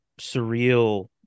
surreal